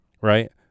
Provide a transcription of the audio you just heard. Right